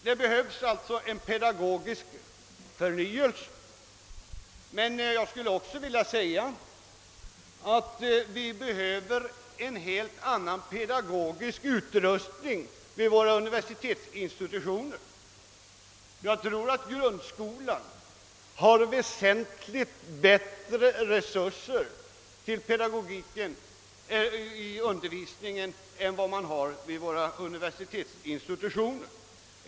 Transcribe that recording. Det behövs alltså en pedagogisk förnyelse. Men vi behöver också en helt annan pedagogisk utrustning vid våra universitetsinstitutioner. Grundskolan har väsentligt bättre resurser till sin undervisning än vad man har vid våra universitetsinstitutioner.